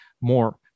More